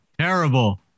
terrible